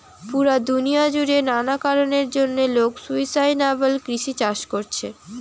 পুরা দুনিয়া জুড়ে নানা কারণের জন্যে লোক সুস্টাইনাবল কৃষি চাষ কোরছে